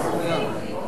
ועדת כספים.